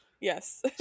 Yes